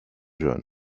jaune